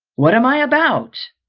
what am i about?